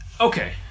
Okay